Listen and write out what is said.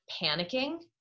panicking